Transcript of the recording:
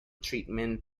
treatment